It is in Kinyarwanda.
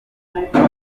aruko